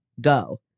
Go